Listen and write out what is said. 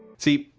see,